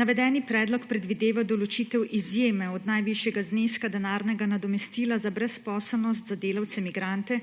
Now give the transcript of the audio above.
Navedeni predlog predvideva določitev izjeme od najvišjega zneska denarnega nadomestila za brezposelnost za delavce migrante,